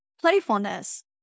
playfulness